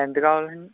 ఎంత కావాలి అండి